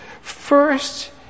First